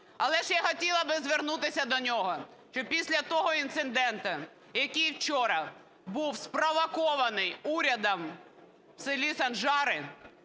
Але ж я б хотіла звернутися до нього, що після того інциденту, який вчора був спровокований урядом в селі Санжари,